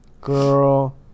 girl